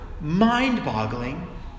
mind-boggling